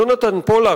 יונתן פולק,